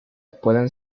pueden